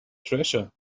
treasure